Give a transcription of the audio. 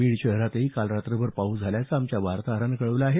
बीड शहरातही काल रात्रभर पाऊस झाल्याचं आमच्या वार्ताहरानं कळवलं आहे